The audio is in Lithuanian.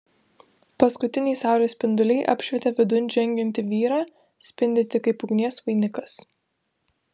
paskutiniai saulės spinduliai apšvietė vidun žengiantį vyrą spindintį kaip ugnies vainikas